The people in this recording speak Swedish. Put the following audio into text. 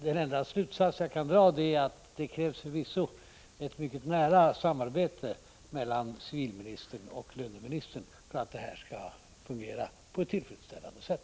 Den enda slutsats jag kan dra är att det förvisso krävs ett mycket nära samarbete mellan civilministern och löneministern för att det här skall fungera på ett tillfredsställande sätt.